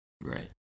Right